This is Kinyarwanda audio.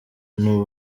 n’u